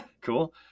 cool